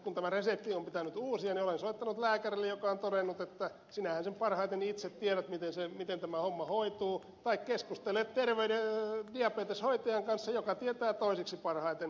kun tämä resepti on pitänyt uusia niin olen soittanut lääkärille joka on todennut että sinähän sen parhaiten itse tiedät miten tämä homma hoituu tai keskustele diabeteshoitajan kanssa joka tietää toiseksi parhaiten